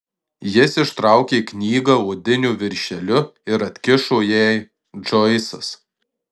jis ištraukė knygą odiniu viršeliu ir atkišo jai džoisas